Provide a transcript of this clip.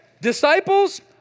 Disciples